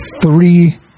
three